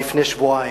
ולפני שבועיים,